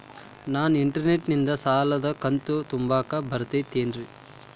ನಾ ಇಂಟರ್ನೆಟ್ ನಿಂದ ಸಾಲದ ಕಂತು ತುಂಬಾಕ್ ಬರತೈತೇನ್ರೇ?